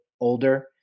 older